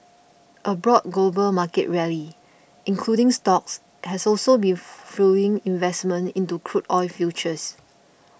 a broad global market rally including stocks has also been fuelling investment into crude oil futures